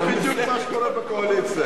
זה בדיוק מה שקורה בקואליציה.